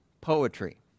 poetry